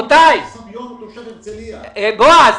אתה